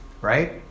Right